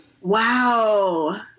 Wow